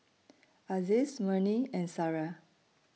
Aziz Murni and Sarah